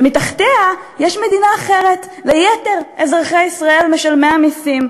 ומתחתיה יש מדינה אחרת ליתר אזרחי ישראל משלמי המסים,